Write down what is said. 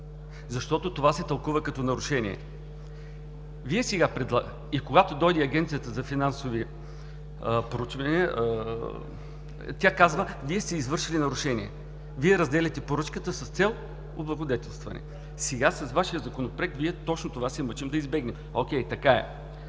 защото това се тълкува като нарушение. Когато дойде Агенцията за финансови проучвания, тя казва: „Вие сте извършили нарушение, Вие разделяте поръчката с цел облагодетелстване.“. Сега с Вашия Законопроект ние точно това се мъчим да избегнем – окей, така е.